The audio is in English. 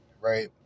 right